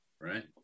right